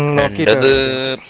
like you know the